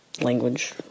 language